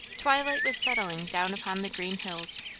twilight was settling down upon the green hills.